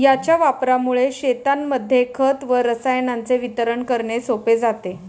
याच्या वापरामुळे शेतांमध्ये खत व रसायनांचे वितरण करणे सोपे जाते